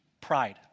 pride